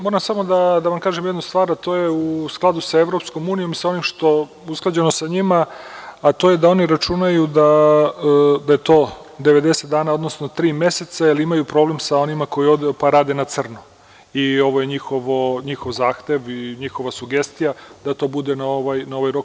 Moram samo da vam kažem jednu stvar, a to je u skladu sa EU, usklađenostisa njima, a to je da oni računaju da je to 90 dana, odnosno tri meseca, jer imaju problem sa onima koji ovde rade na crno i ovo je njihov zahtev i njihova sugestija da to bude na ovaj rok.